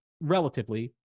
relatively